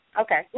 Okay